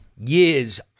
years